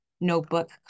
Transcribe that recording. notebook